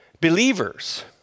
believers